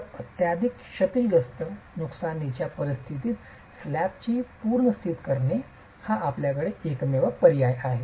तर अत्यधिक क्षतिग्रस्त नुकसानीच्या परिस्थितीत स्लॅबची पुनर्स्थित करणे हा आपल्याकडे एकमेव पर्याय आहे